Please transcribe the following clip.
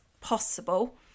possible